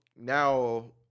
now